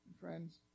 friends